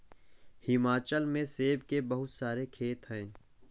हिमाचल में सेब के बहुत सारे खेत हैं